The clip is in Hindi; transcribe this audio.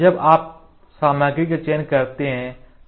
जब आप सामग्री का चयन करते हैं